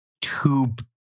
tube